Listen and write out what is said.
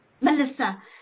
Melissa